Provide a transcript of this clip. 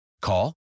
Call